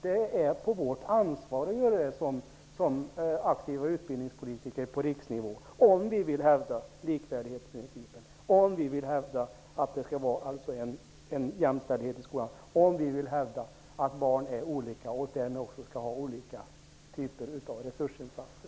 Det är vårt ansvar som aktiva utbildningspolitiker på riksnivå att göra det, om vi vill hävda likvärdighetsprincipen, att skolan skall vara jämställd och att barn är olika och därmed också skall ha olika typer av resursinsatser.